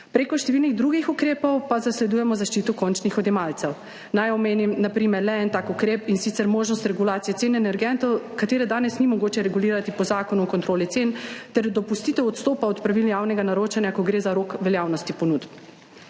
Preko številnih drugih ukrepov pa zasledujemo zaščito končnih odjemalcev. Naj omenim, na primer le en tak ukrep, in sicer možnost regulacije cen energentov, katere danes ni mogoče regulirati po Zakonu o kontroli cen ter dopustitev odstopa od pravil javnega naročanja, ko gre za rok veljavnosti ponudb.